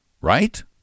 Right